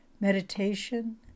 Meditation